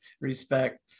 respect